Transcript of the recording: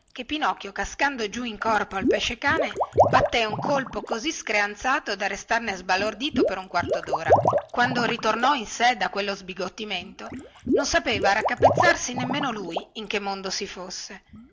che pinocchio cascando giù in corpo al pesce-cane batté un colpo così screanzato da restarne sbalordito per un quarto dora quando ritornò in sé da quello sbigottimento non sapeva raccapezzarsi nemmeno lui in che mondo si fosse